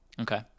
Okay